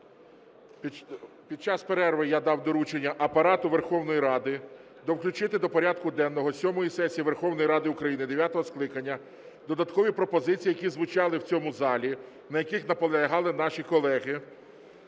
Під час перерви я дав доручення Апарату Верховної Ради довключити до порядку денного сьомої сесії Верховної Ради України дев'ятого скликання додаткові пропозиції, які звучали в цьому залі, на яких наполягали наші колеги.